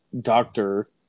doctor